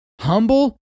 humble